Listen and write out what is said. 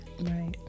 Right